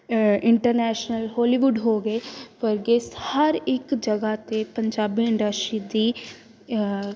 international Hollywood ਹੋ ਗਏ ਵਰਗੇ ਹਰ ਇੱਕ ਜਗ੍ਹਾ 'ਤੇ ਪੰਜਾਬੀ ਇੰਡਸਟਰੀ ਦੀ